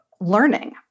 learning